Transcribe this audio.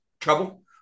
trouble